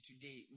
today